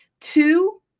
Two